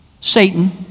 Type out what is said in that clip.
Satan